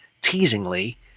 teasingly